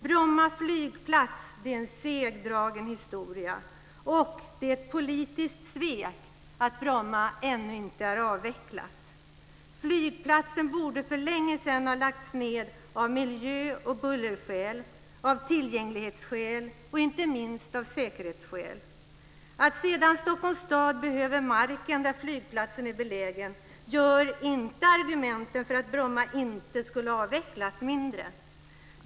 Bromma flygplats är en segdragen historia. Det är ett politiskt svek att Bromma ännu inte avvecklats. Flygplatsen borde för länge sedan ha lagts ned av miljö och bullerskäl, av tillgänglighetsskäl och, inte minst, av säkerhetsskäl. Att sedan Stockholms stad behöver marken där flygplatsen är belägen gör inte argumenten för att Bromma inte skulle avvecklas mindre så att säga.